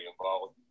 involved